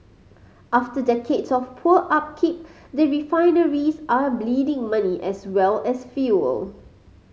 after decades of poor upkeep the refineries are bleeding money as well as fuel